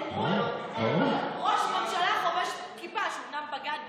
אל מול ראש ממשלה חובש כיפה שאומנם בגד באמונתו,